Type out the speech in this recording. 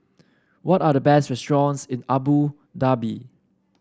what are the best restaurants in Abu Dhabi